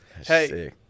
Hey